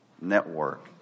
network